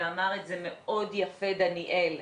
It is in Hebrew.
ואמר את זה מאוד יפה דניאל,